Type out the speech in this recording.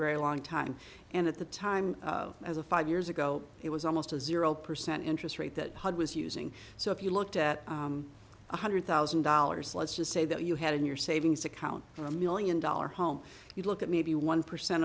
a long time and at the time as a five years ago it was almost as zero percent interest rate that hud was using so if you looked at one hundred thousand dollars let's just say that you had in your savings account for a million dollar home you look at maybe one percent